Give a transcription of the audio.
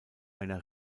einer